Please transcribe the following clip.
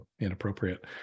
inappropriate